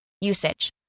Usage